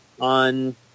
on